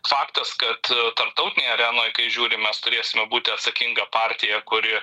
faktas kad tarptautinėj arenoj kai žiūri mes turėsime būti atsakinga partija kuri